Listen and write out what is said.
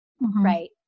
right